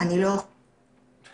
ה-7 בדצמבר 2020,